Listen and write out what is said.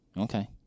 Okay